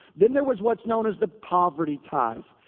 then there was what's known as the poverty tithe.